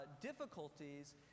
difficulties